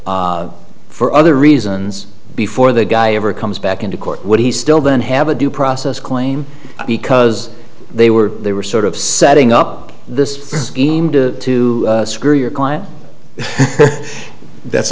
for other reasons before the guy ever comes back into court would he still then have a due process claim because they were they were sort of setting up this scheme to to screw your client that's